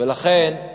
ולכן,